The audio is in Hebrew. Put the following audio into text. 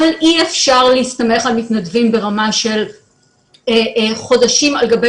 אבל אי אפשר להסתמך על מתנדבים ברמה של חודשים על גבי